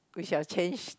which shall changes